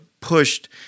pushed